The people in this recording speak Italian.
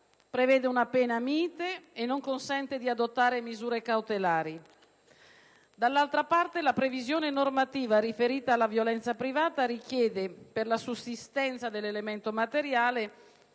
prevede una pena mite e non consente di adottare misure cautelari; dall'altra parte la previsione normativa riferita alla violenza privata richiede, per la sussistenza dell'elemento materiale,